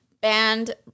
band